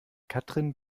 katrin